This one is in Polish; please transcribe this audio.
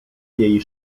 jej